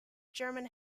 german